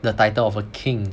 the title of a king